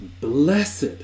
blessed